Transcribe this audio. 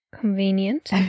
Convenient